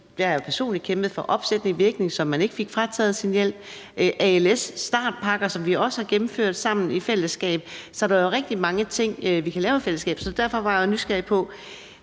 jeg har jo personligt kæmpet for opsættende virkning, så man ikke fik frataget sin hjælp, og der er als-startpakker, som vi også har gennemført sammen, i fællesskab. Så der er rigtig mange ting, vi kan lave i fællesskab, og derfor var jeg jo nysgerrig på,